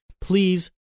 Please